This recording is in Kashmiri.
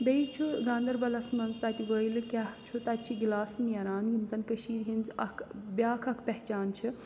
بیٚیہِ چھُ گاندَربَلَس منٛز تَتہِ وٲیلہٕ کیٛاہ چھُ تَتہِ چھِ گِلاسہٕ نیران یِم زَن کٔشیٖرِ ہِنٛز اَکھ بیٛاکھ اَکھ پہچان چھِ